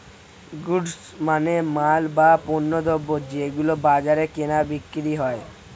goods মানে মাল, বা পণ্যদ্রব যেগুলো বাজারে কেনা বিক্রি হয়